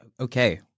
Okay